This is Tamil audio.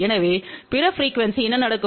எனவே பிற ப்ரீக்குவெண்ஸிகளில் என்ன நடக்கும்